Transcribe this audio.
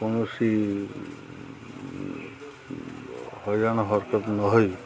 କୌଣସି ହଇରାଣ ହରକତ ନହେଇ